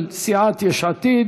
של סיעת יש עתיד.